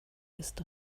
ist